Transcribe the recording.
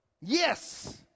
Yes